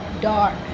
dark